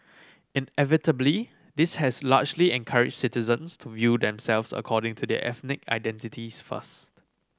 inevitably this has largely encourage citizens to view themselves according to their ethnic identities first